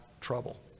trouble